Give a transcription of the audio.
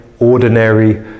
ordinary